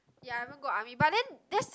ya haven't go army but then that's